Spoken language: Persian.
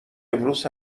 امروز